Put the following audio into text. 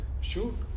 shoot